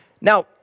Now